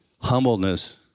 humbleness